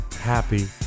happy